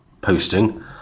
posting